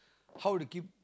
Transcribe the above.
how to keep